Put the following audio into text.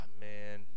man